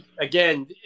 again